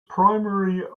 primary